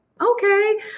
okay